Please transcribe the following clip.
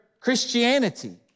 Christianity